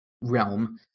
realm